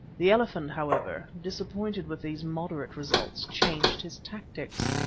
the elephant, however, disappointed with these moderate results, changed his tactics.